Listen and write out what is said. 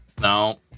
No